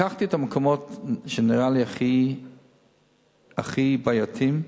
לקחתי את המקומות שנראו לי הכי בעייתיים,